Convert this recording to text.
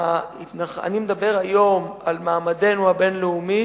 אני מדבר היום על מעמדנו הבין-לאומי